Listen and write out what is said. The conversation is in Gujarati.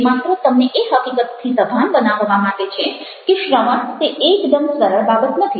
આ માત્ર તમને એ હકીકતથી સભાન બનાવવા માટે છે કે શ્રવણ તે એકદમ સરળ બાબત નથી